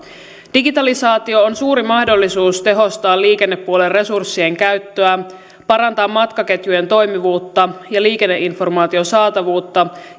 digitalisaatio on suuri mahdollisuus tehostaa liikennepuolen resurssien käyttöä parantaa matkaketjujen toimivuutta ja liikenneinformaation saatavuutta